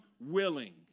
willing